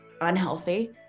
unhealthy